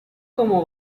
como